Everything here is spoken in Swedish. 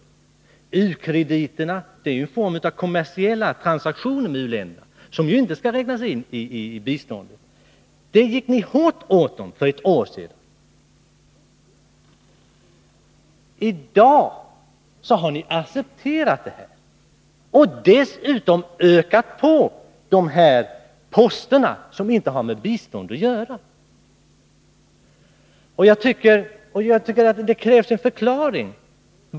U-landskrediterna är ju en form av kommersiella transaktioner med u-länderna som inte skall räknas in i biståndet. För detta gick ni hårt åt den borgerliga regeringen för ett år sedan. I dag har ni accepterat detta. Dessutom ökar ni på dessa poster, som inte har med bistånd att göra. Det krävs en förklaring.